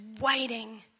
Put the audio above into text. waiting